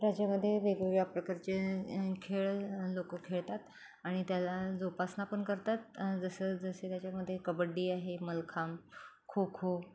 त्याच्यामध्ये वेगवेगळ्या प्रकारचे खेळ लोकं खेळतात आणि त्याला जोपासना पण करतात जसं जसे त्याच्यामध्ये कबड्डी आहे मल्लखांब खो खो